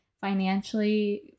financially